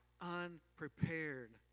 unprepared